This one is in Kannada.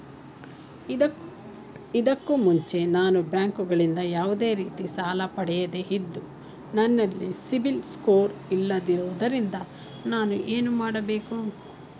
ಇದಕ್ಕೂ ಮುಂಚೆ ನಾನು ಬ್ಯಾಂಕ್ ಗಳಿಂದ ಯಾವುದೇ ರೀತಿ ಸಾಲ ಪಡೆಯದೇ ಇದ್ದು, ನನಲ್ಲಿ ಸಿಬಿಲ್ ಸ್ಕೋರ್ ಇಲ್ಲದಿರುವುದರಿಂದ ನಾನು ಏನು ಮಾಡಬೇಕು?